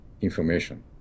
information